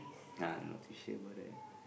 ya I'm not too sure about that